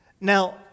Now